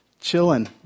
chilling